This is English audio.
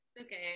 okay